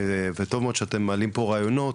וטוב מאוד שאתם מעלים פה רעיונות,